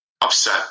upset